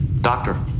Doctor